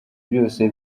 byose